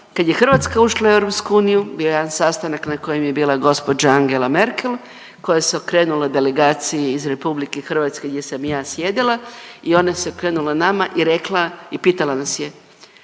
Kad je Hrvatska ušla u EU, bio je jedan sastanak na kojem je bila gđa Angela Merkel koja se okrenula delegaciji iz RH gdje sam i ja sjedila i ona se okrenula nama i rekla i pitala nas je,